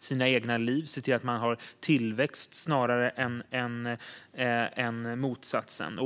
sina egna liv och gör att man har tillväxt snarare än motsatsen.